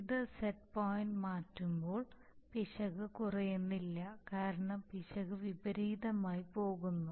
ഇത് set point മാറ്റുമ്പോൾ പിശക് കുറയുന്നില്ല കാരണം പിശക് വിപരീതമായി പോകുന്നു